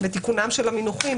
תיקונם של המינוחים,